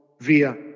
via